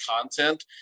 content